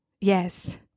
Yes